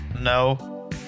No